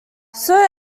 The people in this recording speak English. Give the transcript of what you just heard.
sir